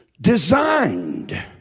Designed